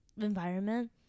environment